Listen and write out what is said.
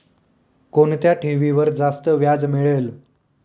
कोणत्या ठेवीवर जास्त व्याज मिळेल?